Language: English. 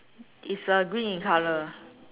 is uh green in colour